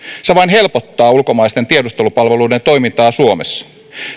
se vain helpottaa ulkomaisten tiedustelupalveluiden toimintaa suomessa